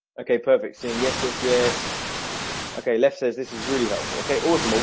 okay, perfect seeing yes yes. yes okay, left says. this is really helpful, okay, awesome. ah